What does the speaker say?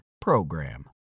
PROGRAM